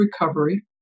recovery